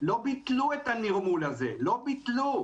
לא ביטלו את הנרמול הזה, לא ביטלו.